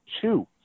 two